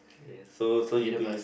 K so so you too used